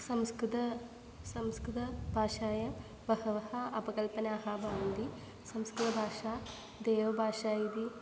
संस्कृते संस्कृतभाषायां बह्व्यः अपकल्पनाः भवन्ति संस्कृतभाषा देवभाषा इति